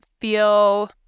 feel